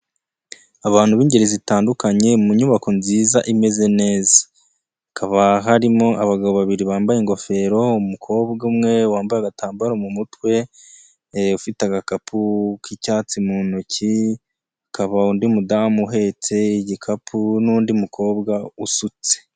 Abantu b'ingeri zitandukanye mu nyubako nziza imeze neza, hakaba harimo abagabo babiri bambaye ingofero, umukobwa umwe wambaye agatambaro mu mutwe, ufite agakapu k'icyatsi mu ntoki, hakaba undi mudamu uhetse igikapu n'undi mukobwa usutse.